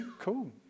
cool